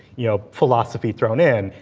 you know philosophy thrown in.